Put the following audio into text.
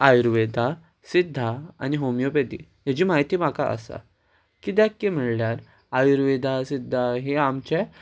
आयुर्वेदा सिद्धा आनी होमियोपेथी हेची म्हायती म्हाका आसा कित्याक की म्हळ्यार आयुर्वेदा सिध्दा हें आमचें